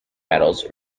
metals